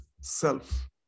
self